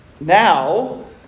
Now